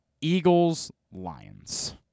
Eagles-Lions